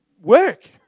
work